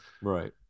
Right